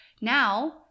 Now